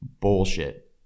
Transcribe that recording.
bullshit